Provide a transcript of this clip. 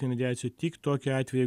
mediacija tik tokiu atveju